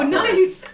nice